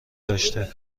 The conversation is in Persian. داشته